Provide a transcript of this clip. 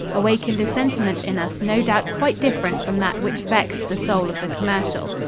awakened a sentiment in us no doubt quite different from that which vexed the soul of the commercial.